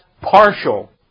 partial